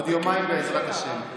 בעוד יומיים, בעזרת השם.